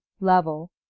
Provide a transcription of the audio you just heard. level